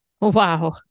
Wow